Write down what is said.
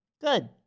good